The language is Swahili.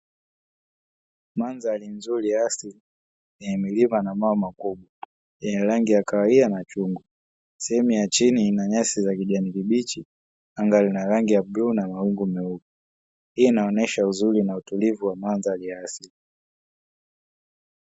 Mandhari nzuri ya asili yenye milima na mawe magumu, yenye rangi ya kahawia, na chungwa, sehemu ya chini ina nyasi za kijani kibichi, anga lina rangi ya bluu na mawingu meupe, hii inaonesha uzuri na utulivu wa mandhari ya asili.